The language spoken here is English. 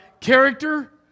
character